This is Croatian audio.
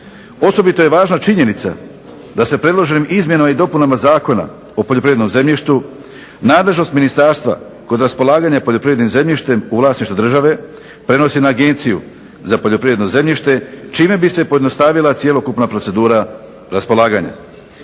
Osobito je važna činjenica da se predloženim izmjenama i dopunama Zakona o poljoprivrednom zemljištu nadležnost ministarstva kod raspolaganjem poljoprivrednim zemljištem u vlasništvu države prenosi na Agenciju za poljoprivredno zemljište čime bi se pojednostavila cjelokupna procedura raspolaganja.